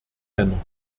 dennoch